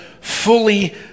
fully